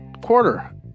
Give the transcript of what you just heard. quarter